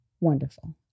wonderful